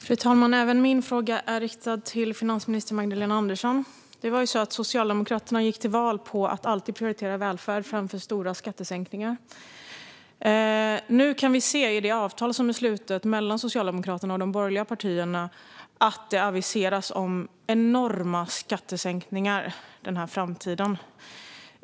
Fru talman! Även min fråga är riktad till finansminister Magdalena Andersson. Socialdemokraterna gick till val på att alltid prioritera välfärd framför stora skattesänkningar. I det avtal som har slutits mellan Socialdemokraterna och de borgerliga partierna kan vi se att man aviserar enorma skattesänkningar framöver.